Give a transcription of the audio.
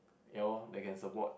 ya loh they can support